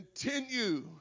continue